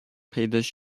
پیداش